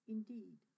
Indeed